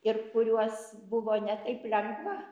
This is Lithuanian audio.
ir kuriuos buvo ne taip lengva